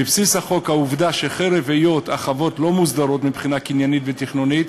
בבסיס החוק העובדה שחרף היות החוות לא מוסדרות מבחינה קניינית ותכנונית,